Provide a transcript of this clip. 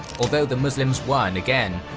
although the muslims won again,